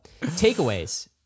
takeaways